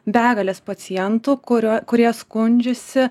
begalės pacientų kurio kurie skundžiasi